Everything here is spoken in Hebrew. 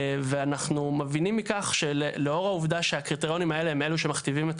ואנחנו מבינים מכך שלאור העובדה שהקריטריונים האלה הם אלו שמכתיבים את